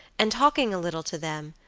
and talking a little to them,